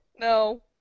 No